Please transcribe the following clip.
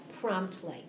promptly